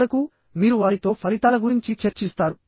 చివరకు మీరు వారితో ఫలితాల గురించి చర్చిస్తారు